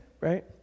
right